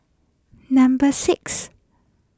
number six